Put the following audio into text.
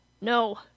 no